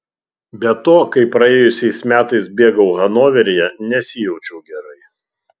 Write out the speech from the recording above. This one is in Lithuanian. be to kai praėjusiais metais bėgau hanoveryje nesijaučiau gerai